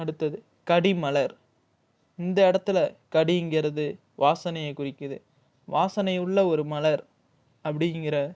அடுத்தது கடிமலர் இந்த இடத்துல கடிங்கிறது வாசனையை குறிக்குது வாசனை உள்ள ஒரு மலர் அப்படிங்கிற